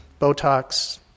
Botox